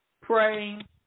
praying